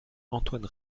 antoine